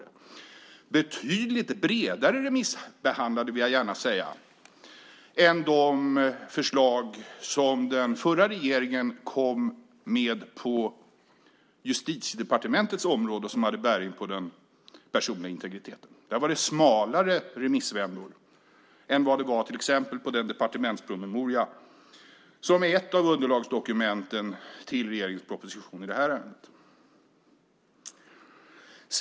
De är betydligt bredare remissbehandlade, vill jag gärna säga, än de förslag som den förra regeringen kom med på Justitiedepartementets område och som hade bäring på den personliga integriteten. Där var det smalare remissvändor än vad det var till exempel när det gäller den departementspromemoria som är ett av underlagsdokumenten till regeringens proposition i det här ärendet.